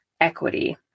equity